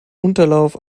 unterlauf